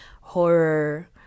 horror